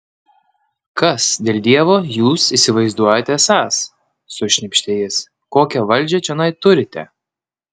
kas dėl dievo jūs įsivaizduojate esąs sušnypštė jis kokią valdžią čionai turite